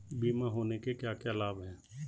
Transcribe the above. बीमा होने के क्या क्या लाभ हैं?